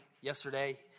yesterday